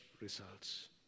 results